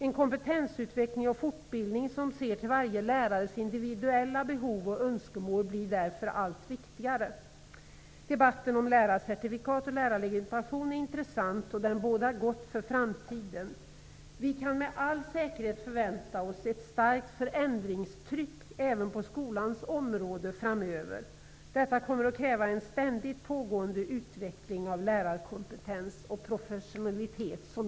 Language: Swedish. En kompetensutveckling och fortbildning som ser till varje lärares individuella behov och önskemål blir därför allt viktigare. Debatten om lärarcertifikat och lärarlegitimation är intressant, och den bådar gott inför framtiden. Vi kan med all säkerhet framöver förvänta oss ett starkt förändringstryck även på skolans område. Detta kommer att kräva en ständigt pågående utveckling av lärarkompetens och professionalitet.